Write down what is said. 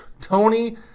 Tony